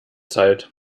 zeit